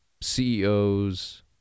CEOs